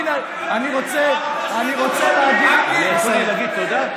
אסור לי להגיד תודה?